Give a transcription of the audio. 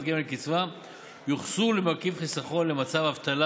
גמל לקצבה ייוחסו למרכיב חיסכון למצב אבטלה,